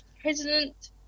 president